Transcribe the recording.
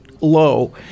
low